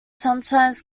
sometimes